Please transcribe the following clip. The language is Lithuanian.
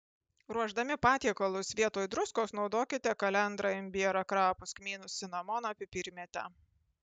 ruošdami patiekalus vietoj druskos naudokite kalendrą imbierą krapus kmynus cinamoną pipirmėtę